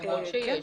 ככל שיש.